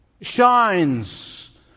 shines